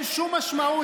אין שום משמעות.